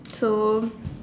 so